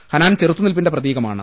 ഹനാൻ ചെറുത്തുനിൽപിന്റെ പ്രതീകമാണ്